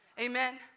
Amen